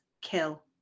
kill